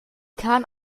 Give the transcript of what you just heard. kahn